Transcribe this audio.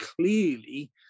clearly